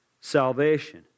Salvation